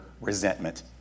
resentment